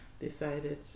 decided